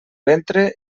ventre